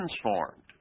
transformed